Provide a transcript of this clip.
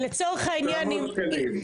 900 שקלים.